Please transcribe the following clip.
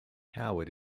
howard